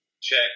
check